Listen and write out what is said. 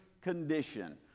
condition